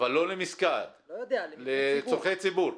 אבל לא למסגד, לצורכי ציבור.